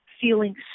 feeling